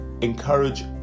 encourage